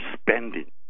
spending